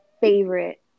favorite